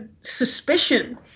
suspicion